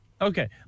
Okay